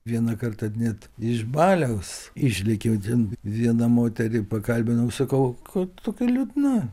vieną kartą net iš baliaus išlėkiau ten vieną moterį pakalbinau sakau ko tokia liūdna